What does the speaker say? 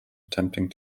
attempting